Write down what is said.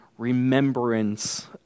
remembrance